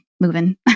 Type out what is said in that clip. moving